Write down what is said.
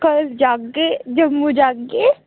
कल जागे जम्मू जागे